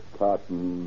cotton